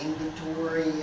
inventory